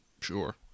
Sure